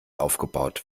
aufgebaut